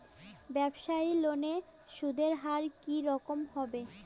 ব্যবসায়ী লোনে সুদের হার কি রকম হবে?